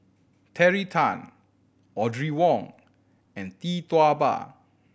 Terry Tan Audrey Wong and Tee Tua Ba